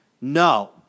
No